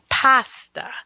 pasta